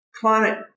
climate